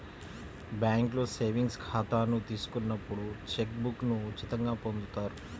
బ్యేంకులో సేవింగ్స్ ఖాతాను తీసుకున్నప్పుడు చెక్ బుక్ను ఉచితంగా పొందుతారు